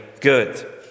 good